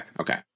Okay